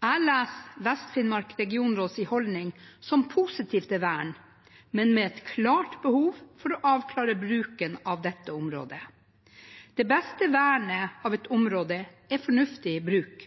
Jeg leser Vest-Finnmark regionråds holdning som positiv til vern, men med et klart behov for å avklare bruken av dette området. Det beste vernet av et område er fornuftig bruk.